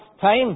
time